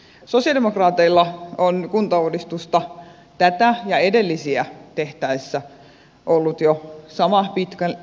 sosialidemokraateilla on kuntauudistusta tätä ja jo edellisiä tehtäessä ollut sama pitkä kestävä linja